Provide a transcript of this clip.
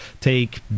Take